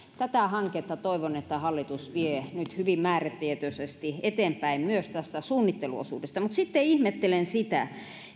toivon että hallitus vie nyt tätä hanketta hyvin määrätietoisesti eteenpäin myös tätä suunnitteluosuutta mutta sitten ihmettelen sitä